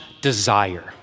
desire